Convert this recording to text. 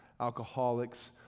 alcoholics